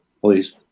please